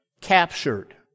captured